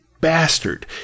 bastard